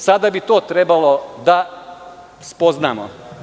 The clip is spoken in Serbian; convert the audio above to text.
Sada bi to trebalo da spoznamo.